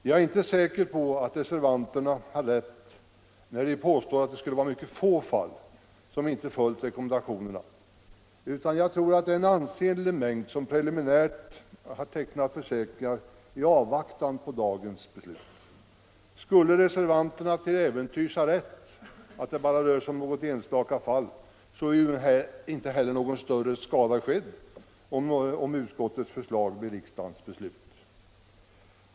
Jag är inte säker på att reservanterna har rätt när de påstår att det skulle vara få fall där man inte följt rekommendationerna, utan jag tror att det är en ansenlig mängd som preliminärt har tecknat försäkringar i avvaktan på dagens beslut. Skulle reservanterna till äventyrs ha rätt i att det bara rör sig om något enstaka fall, så är ju heller ingen större skada skedd för någon om utskottets förslag blir riksdagens beslut.